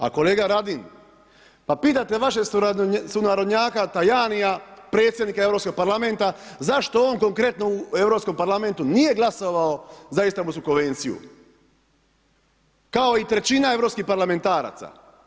A kolega Radin, pa pitajte vaše sunarodnjaka Tajania predsjednika Europskog parlamenta zašto on konkretno u Europskom parlamentu nije glasovao za Istambulsku konvenciju kao i trećina europskih parlamentaraca.